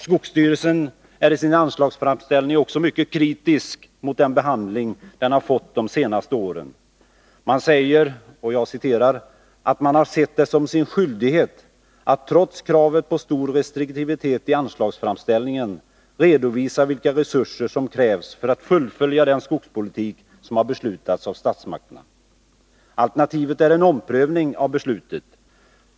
Skogsstyrelsen är i sin anslagsframställning också mycket kritisk mot den behandling den fått de senaste åren. Man säger ”att man har sett det som sin skyldighet att trots kravet på stor restriktivitet i anslagsframställningen redovisa vilka resurser som krävs för att fullfölja den skogspolitik som har beslutats av statsmakterna. Alternativet är en omprövning av beslutet.